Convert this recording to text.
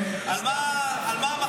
על מה המחלוקת?